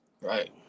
Right